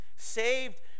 Saved